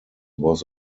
was